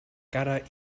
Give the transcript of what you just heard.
cara